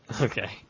Okay